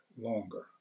longer